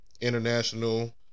international